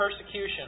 persecution